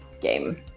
game